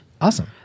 Awesome